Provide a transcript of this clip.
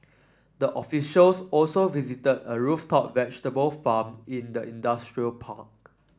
the officials also visited a rooftop vegetable farm in the industrial park